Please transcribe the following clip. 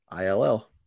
ILL